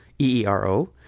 E-E-R-O